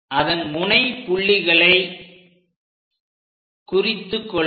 அதன் முனை புள்ளிகளை குறித்து கொள்க